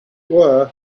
were